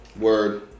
word